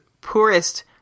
poorest